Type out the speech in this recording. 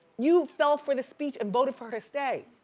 you fell for the speech and voted for her to stay!